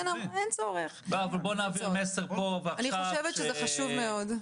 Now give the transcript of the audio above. אני חושבת שזה חשוב מאוד.